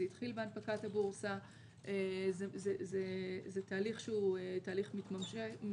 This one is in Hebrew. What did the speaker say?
זה התחיל בהנפקת הבורסה, זה תהליך שהוא מתמשך.